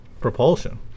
propulsion